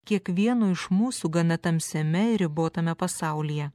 kiekvieno iš mūsų gana tamsiame ir ribotame pasaulyje